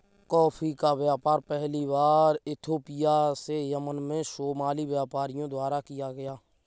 coffee का व्यापार पहली बार इथोपिया से यमन में सोमाली व्यापारियों द्वारा किया गया